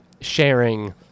sharing